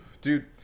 dude